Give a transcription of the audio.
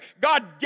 God